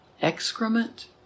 Excrement